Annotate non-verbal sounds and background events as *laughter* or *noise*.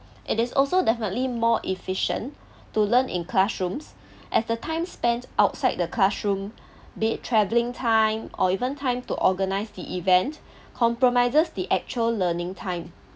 it is also definitely more efficient to learn in classrooms as the time spent outside the classroom *breath* be it travelling time or even time to organise the event *breath* compromises the actual learning time